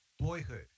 Boyhood